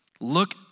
look